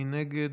מי נגד?